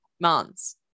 months